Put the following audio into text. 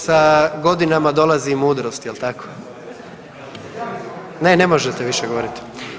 Sa godinama dolazi i mudrost, jel tako? [[Upadica sa strane]] Ne, ne možete više govoriti.